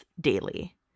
daily